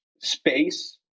space